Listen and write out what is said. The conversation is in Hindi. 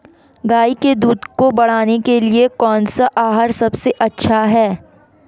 गाय के दूध को बढ़ाने के लिए कौनसा आहार सबसे अच्छा है?